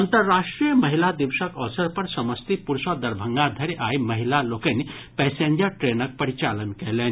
अंतर्राष्ट्रीय महिला दिवसक अवसर पर समस्तीपुर सँ दरभंगा धरि आइ महिला लोकनि पैसेंजर ट्रेनक परिचालन कयलनि